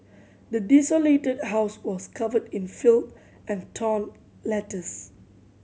the desolated house was covered in filth and torn letters